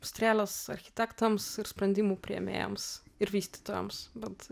strėles architektams ir sprendimų priėmėjams ir vystytojams bent